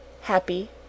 happy